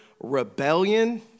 rebellion